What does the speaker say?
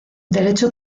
derecho